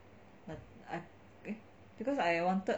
like I eh because I wanted